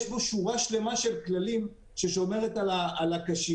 יש פה שורה שלמה של כללים ששומרת על הקשיש,